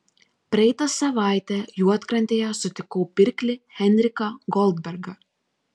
praeitą savaitę juodkrantėje sutikau pirklį henriką goldbergą